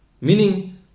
Meaning